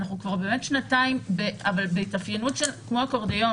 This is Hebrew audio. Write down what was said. אנחנו כבר שנתיים בהתאפיינות כמו אקורדיון